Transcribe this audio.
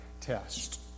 test